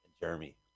Jeremy